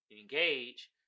engage